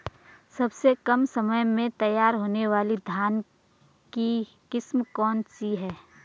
सबसे कम समय में तैयार होने वाली धान की किस्म कौन सी है?